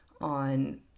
on